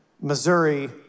Missouri